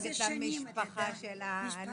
כאשר אני